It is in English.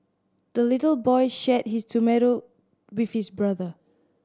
the little boy shared his tomato with his brother